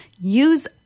use